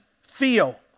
feel